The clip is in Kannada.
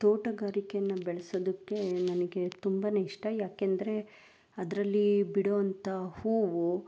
ತೋಟಗಾರಿಕೆಯನ್ನು ಬೆಳೆಸೋದಕ್ಕೆ ನನಗೆ ತುಂಬ ಇಷ್ಟ ಯಾಕೆಂದರೆ ಅದರಲ್ಲಿ ಬಿಡುವಂತಹ ಹೂವು